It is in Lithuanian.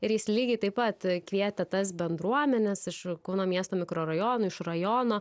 ir jis lygiai taip pat kvietė tas bendruomenes iš kauno miesto mikrorajonų iš rajono